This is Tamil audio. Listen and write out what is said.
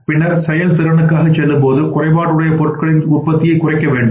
பின்னர் செயல்திறனுக்காகச் செல்லும்போது குறைபாடுடைய பொருட்களின் உற்பத்தியை குறைக்க வேண்டும்